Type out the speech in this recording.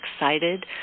excited